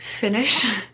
finish